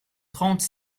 trente